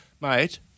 mate